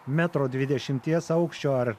metro dvidešimties aukščio ar